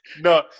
No